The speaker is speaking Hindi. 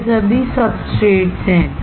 ये सभी सबस्ट्रेट्सहैं